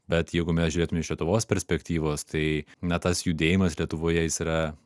bet jeigu mes žiūrėtume iš lietuvos perspektyvos tai ne tas judėjimas lietuvoje jis yra